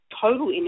total